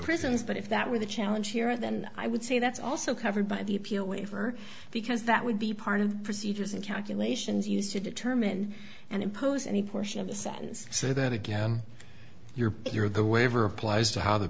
prisons but if that were the challenge here then i would say that's also covered by the appeal waiver because that would be part of the procedures in calculations used to determine and impose any portion of the sentence so that again you're if you're the waiver applies to how the